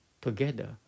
together